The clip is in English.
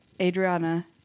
Adriana